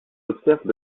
observe